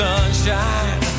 Sunshine